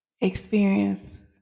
experience